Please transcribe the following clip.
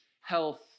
health